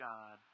God